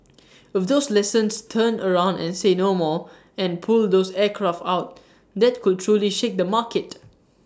if those lessons turn around and say 'no more' and pull those aircraft out that could truly shake the market